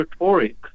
rhetoric